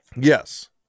Yes